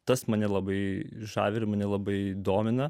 tas mane labai žavi ir nelabai domina